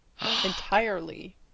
entirely